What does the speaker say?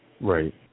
Right